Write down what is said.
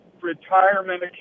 retirement